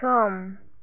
सम